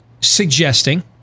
suggesting